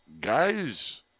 Guys